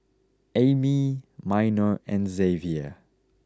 Amey Minor and Xavier